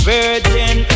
Virgin